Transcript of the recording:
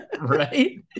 right